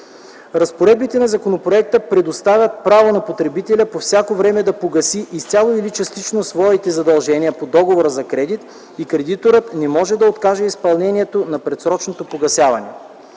Разпоредбите на законопроекта предоставят право на потребителя по всяко време да погаси изцяло или частично своите задължения по договора за кредит и кредиторът не може да откаже изпълнението на предсрочното погасяване.